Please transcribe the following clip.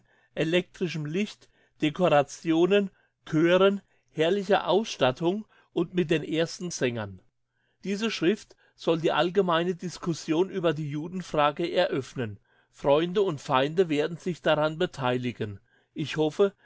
elektrischem licht decorationen chören herrlicher ausstattung und mit den ersten sängern diese schrift soll die allgemeine discussion über die judenfrage eröffnen freunde und feinde werden sich daran betheiligen ich hoffe